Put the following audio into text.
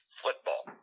football